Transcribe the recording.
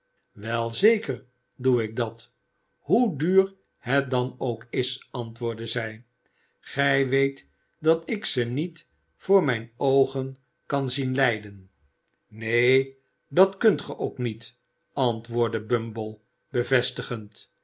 wel zeker doe ik dat hoe duur het dan ook is antwoordde zij gij weet dat ik ze niet voor mijne oogen kan zien lijden neen dat kunt ge ook niet antwoordde bumble bevestigend